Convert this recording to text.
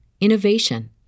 innovation